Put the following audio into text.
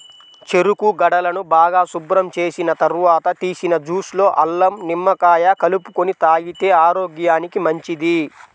చెరుకు గడలను బాగా శుభ్రం చేసిన తర్వాత తీసిన జ్యూస్ లో అల్లం, నిమ్మకాయ కలుపుకొని తాగితే ఆరోగ్యానికి మంచిది